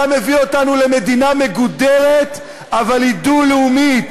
אתה מביא אותנו למדינה מגודרת, אבל היא דו-לאומית.